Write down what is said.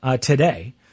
today